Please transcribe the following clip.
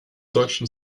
deutschen